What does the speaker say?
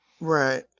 Right